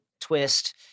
twist